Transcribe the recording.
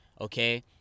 okay